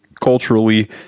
culturally